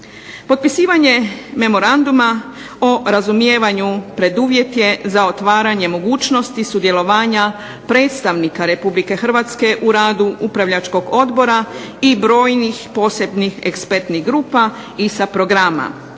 Potpisivanje memoranduma o razumijevanju preduvjet je za otvaranje mogućnosti sudjelovanja predstavnika Republike Hrvatske u radu upravljačkog odbora i brojnih posebnih ekspertnih grupa ISA programa,